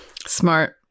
Smart